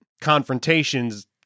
confrontations